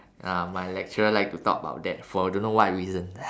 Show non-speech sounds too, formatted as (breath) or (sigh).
ah my lecturer like to talk about that for don't know what reason (breath)